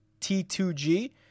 T2G